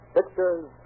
Pictures